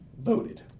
voted